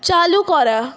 চালু করা